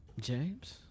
James